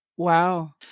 Wow